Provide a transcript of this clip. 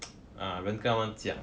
ah ren gang luan jia